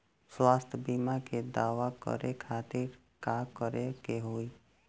स्वास्थ्य बीमा के दावा करे के खातिर का करे के होई?